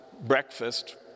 breakfast